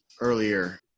earlier